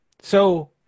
so-